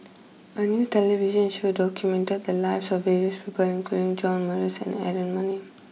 a new television show documented the lives of various people including John Morrice and Aaron Maniam